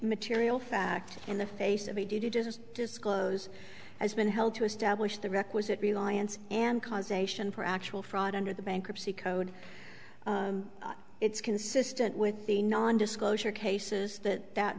material fact in the face of a do just disclose has been held to establish the requisite reliance and causation for actual fraud under the bankruptcy code it's consistent with the non disclosure cases that that